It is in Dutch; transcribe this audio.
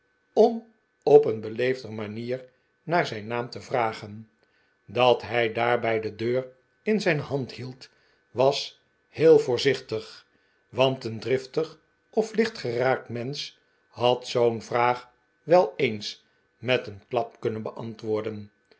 om op een beleefder manier naar zijn naam te vragen dat hij daarbij de deur in zijn hand hield was heel voorzichtigj want een driftig of lichtgeraakt mensch had zoo'n vraag wel eens met een klap kunnen beantwoorden